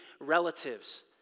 relatives